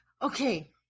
Okay